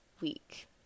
week